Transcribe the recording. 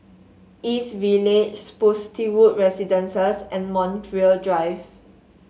East Village Spottiswoode Residences and Montreal Drive